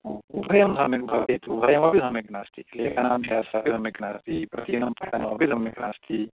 उभयं सम्यक् उभयमपि सम्यक् नास्ति